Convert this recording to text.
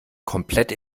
komplett